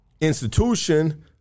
institution